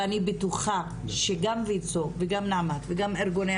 ואני בטוחה שגם ויצו וגם נעמ"ת וגם ארגוני